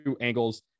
angles